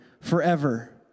forever